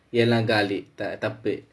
எல்லாம் காலி தப்பு:ellaam kaali thappu